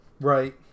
right